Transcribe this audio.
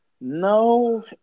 No